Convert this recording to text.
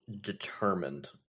determined